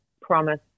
promise